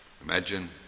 imagine